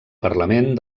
parlament